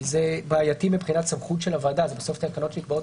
זה בעייתי מבחינת סמכות של הוועדה בסוף התקנות נקבעות